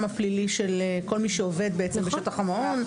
הפלילי של כל מי שעובד בעצם בשטח המעון.